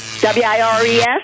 W-I-R-E-S